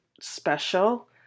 special